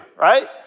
right